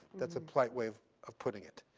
that's a polite way of putting it.